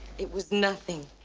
it was nothing.